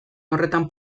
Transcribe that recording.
horretan